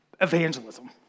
evangelism